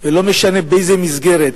ולא משנה באיזו מסגרת,